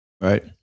Right